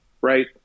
right